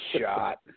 shot